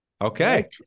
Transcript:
Okay